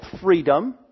freedom